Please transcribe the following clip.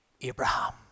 Abraham